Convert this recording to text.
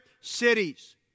Cities